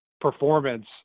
performance